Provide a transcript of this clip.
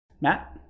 Matt